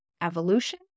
evolution